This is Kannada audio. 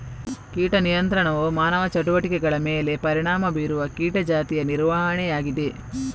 ಕೀಟ ನಿಯಂತ್ರಣವು ಮಾನವ ಚಟುವಟಿಕೆಗಳ ಮೇಲೆ ಪರಿಣಾಮ ಬೀರುವ ಕೀಟ ಜಾತಿಯ ನಿರ್ವಹಣೆಯಾಗಿದೆ